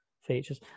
features